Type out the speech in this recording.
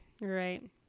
Right